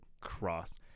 cross